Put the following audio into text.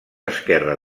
esquerre